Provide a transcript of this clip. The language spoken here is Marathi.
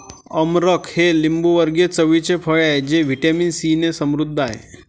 अमरख हे लिंबूवर्गीय चवीचे फळ आहे जे व्हिटॅमिन सीने समृद्ध आहे